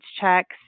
checks